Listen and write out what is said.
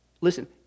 Listen